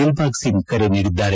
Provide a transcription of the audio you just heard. ದಿಲ್ಬಾಗ್ ಸಿಂಗ್ ಕರೆ ನೀಡಿದ್ದಾರೆ